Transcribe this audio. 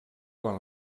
quan